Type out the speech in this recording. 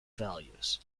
values